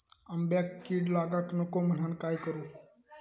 आंब्यक कीड लागाक नको म्हनान काय करू?